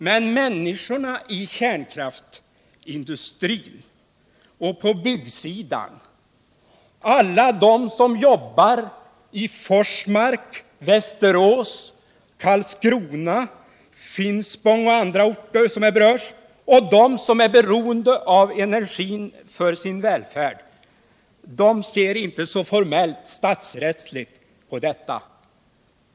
Men människorna i kärnkraftsindustrin och på byggsidan, alla de som jobbar i Forsmark, Västerås, Karlskrona, Finspång och andra orter som berörs och de som är beroende av energin för sin välfärd ser inte så formellt statsrättsligt på detta.